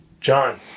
John